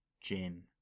Jim